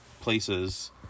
places